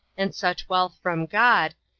and such wealth from god,